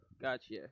Gotcha